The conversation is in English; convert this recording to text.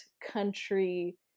country